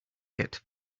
get